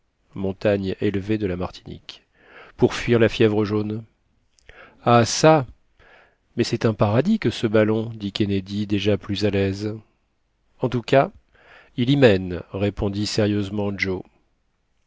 martinique pour fuir la fièvre jaune ah ça mais c'est un paradis que ce ballon dit kennedy déjà plus à laise en tout cas il y mène répondit sérieusement joe